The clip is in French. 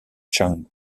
chan